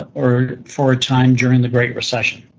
or for a time during the great recession.